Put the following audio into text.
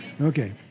Okay